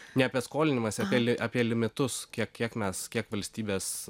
ne apie skolinimąsi apie li apie limitus kiek kiek mes kiek valstybės